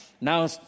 Now